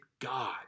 God